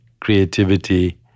creativity